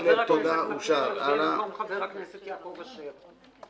חבר הכנסת מקלב הצביע במקום חבר הכנסת יעקב אשר.